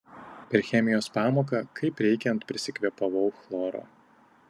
per chemijos pamoką kaip reikiant prisikvėpavau chloro